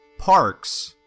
parks,